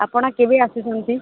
ଆପଣ କେବେ ଆସୁଛନ୍ତି